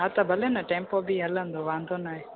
हा हा त भले न टैम्पो बि हलंदो वांदो न आहे